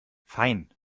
fein